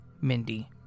Mindy